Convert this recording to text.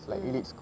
mm